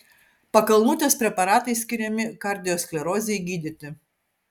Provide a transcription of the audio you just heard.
pakalnutės preparatai skiriami kardiosklerozei gydyti